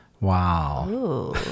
wow